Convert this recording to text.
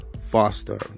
Foster